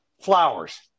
flowers